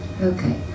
Okay